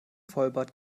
vollbart